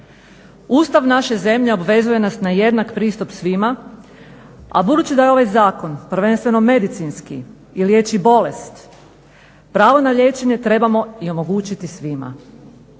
Ustav naše zemlje obvezuje nas na jednak pristup svima a budući da je ovaj zakon prvenstveno medicinski i liječi bolest pravo na liječenje trebamo i omogućiti svima.